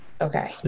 Okay